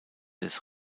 des